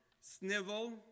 snivel